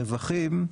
הרווחים.